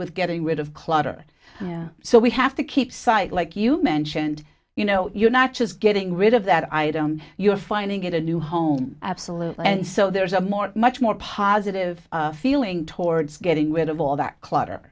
with getting rid of clutter so we have to keep sight like you mentioned you know you're not just getting rid of that item you're finding it a new home absolutely and so there's a more much more positive feeling towards getting rid of all that clutter